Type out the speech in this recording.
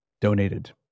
Donated